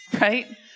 right